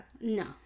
no